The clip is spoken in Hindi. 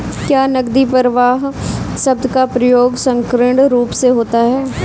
क्या नकदी प्रवाह शब्द का प्रयोग संकीर्ण रूप से होता है?